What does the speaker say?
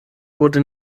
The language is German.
wurde